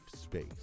space